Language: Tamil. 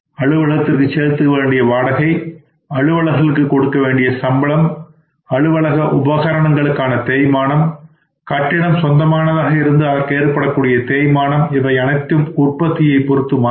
அலுவலகத்திற்கு செலுத்தவேண்டிய வாடகை அலுவலர்களுக்கு கொடுக்க வேண்டிய சம்பளம் அலுவலக உபகரணங்களுக்கான தேய்மானம் கட்டிடம் சொந்தமாக இருந்தது அதற்கு ஏற்படக்கூடிய தேய்மானம் இவை அனைத்தும் உற்பத்தியை பொருத்து மாறாது